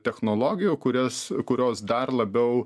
technologijų kurias kurios dar labiau